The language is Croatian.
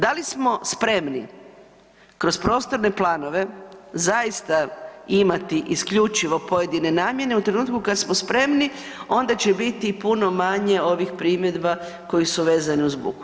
Da li smo spremni kroz prostorne planove zaista imati isključivo pojedine namjene, u trenutku kad smo spremni onda će biti puno manje ovih primjedba koji su vezani uz buku.